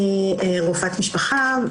אני רופאת משפחה,